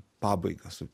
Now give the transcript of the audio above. pabaiga su